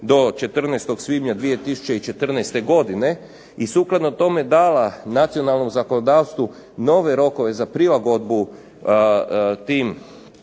do 14. svibnja 2014. godine i sukladno tome dala nacionalnom zakonodavstvu nove rokove za prilagodbu tim